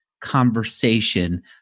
conversation